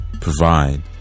provide